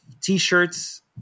T-shirts